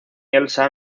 elsa